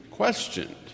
questioned